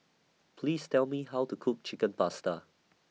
Please Tell Me How to Cook Chicken Pasta